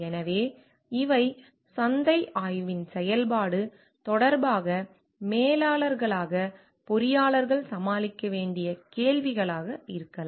எனவே இவை சந்தை ஆய்வின் செயல்பாடு தொடர்பாக மேலாளர்களாக பொறியாளர்கள் சமாளிக்க வேண்டிய கேள்விகளாக இருக்கலாம்